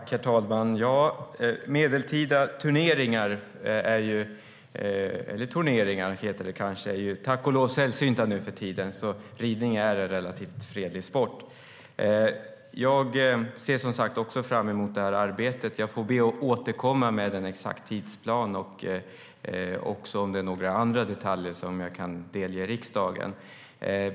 Herr talman! Medeltida torneringar är tack och lov sällsynta nu för tiden, så ridning är en relativt fredlig sport. Jag ser som sagt också fram emot det här arbetet. Jag får be att återkomma med en exakt tidsplan och eventuella andra detaljer som jag kan delge riksdagen.